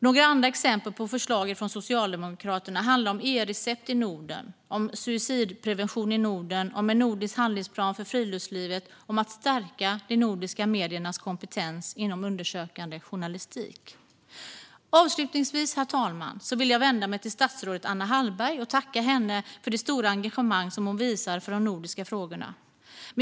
Några andra exempel på förslag från Socialdemokraterna har handlat om e-recept i Norden, om suicidprevention i Norden, om en nordisk handlingsplan för friluftslivet och om att stärka de nordiska mediernas kompetens inom undersökande journalistik. Herr talman! Jag vill vända mig till statsrådet Anna Hallberg och tacka henne för det stora engagemang som hon visar för de nordiska frågorna.